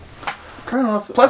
Plus